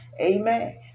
Amen